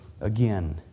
again